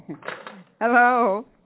Hello